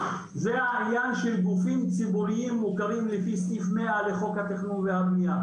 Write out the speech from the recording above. זה העניין של גופים ציבוריים מוכרים לפי סעיף 100 לחוק התכנון והבנייה.